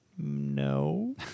no